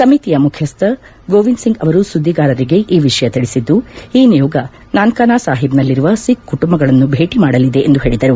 ಸಮಿತಿಯ ಮುಖ್ಯಸ್ಥ ಗೋವಿಂದ್ ಸಿಂಗ್ ಅವರು ಸುದ್ದಿಗಾರರಿಗೆ ಈ ವಿಷಯ ತಿಳಿಸಿದ್ದು ಈ ನಿಯೋಗವು ನಾನ್ಕಾನ ಸಾಹೇಬ್ನಲ್ಲಿರುವ ಸಿಖ್ ಕುಟುಂಬಗಳನ್ನು ಭೇಟಿ ಮಾಡಲಿದೆ ಎಂದು ಹೇಳಿದರು